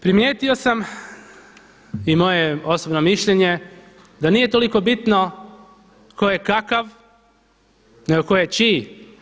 Primijetio sam i moje je osobno mišljenje da nije toliko bitno tko je kakav, nego tko je čiji.